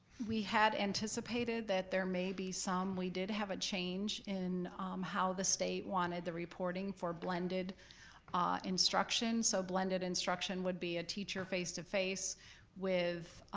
we had anticipated that there may be some. we did have a change in how the state wanted the reporting for blended ah instruction, so blended instruction would be a teacher face-to-face with